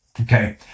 Okay